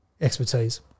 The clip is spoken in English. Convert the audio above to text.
expertise